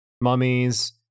Mummies